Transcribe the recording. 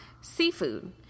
seafood